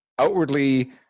outwardly